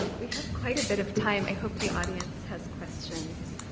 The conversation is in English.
we have quite a bit of time. i hope the audience has questions,